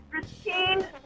Christine